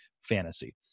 fantasy